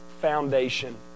foundation